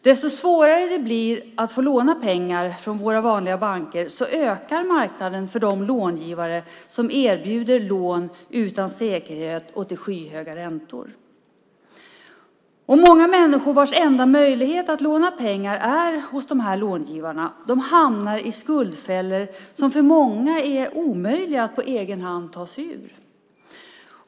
Ju svårare det blir att få låna pengar från våra vanliga banker, desto mer ökar marknaden för de långivare som erbjuder lån utan säkerhet och till skyhöga räntor. Många människor vars enda möjlighet att låna pengar är hos de här långivarna hamnar i skuldfällor som för många är omöjliga att på egen hand ta sig ur.